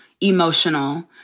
emotional